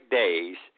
days